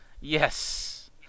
Yes